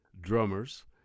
drummers